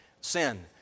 sin